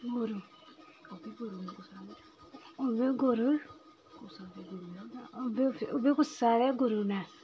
गुरु ओह् बी गुरु गस्से आह्ले गुरु न